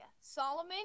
Solomon